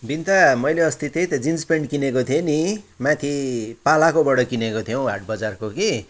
बिनिता मैले अस्ति त्यही त जिन्स पेन्ट किनेको थिएँ नि माथि पालाकोबाट किनेको थिएँ हौ हाटबजारको कि